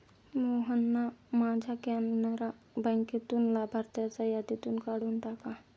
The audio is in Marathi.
मोहनना माझ्या कॅनरा बँकेतून लाभार्थ्यांच्या यादीतून काढून टाका